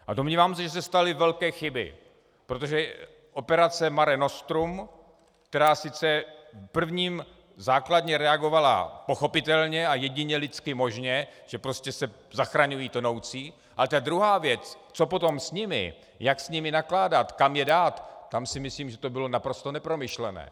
A domnívám se, že se staly velké chyby, protože operace Mare nostrum, která sice v prvním, základně reagovala pochopitelně a jedině lidsky možně, že prostě se zachraňují tonoucí, ale ta druhá věc, co potom s nimi, jak s nimi nakládat, kam je dát, tam myslím, že to bylo naprosto nepromyšlené.